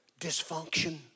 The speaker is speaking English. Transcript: dysfunction